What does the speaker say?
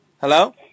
Hello